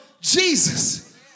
Jesus